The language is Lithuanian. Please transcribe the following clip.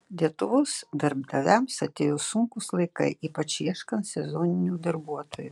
lietuvos darbdaviams atėjo sunkūs laikai ypač ieškant sezoninių darbuotojų